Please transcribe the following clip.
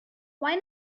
why